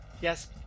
Yes